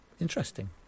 interesting